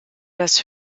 das